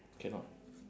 cannot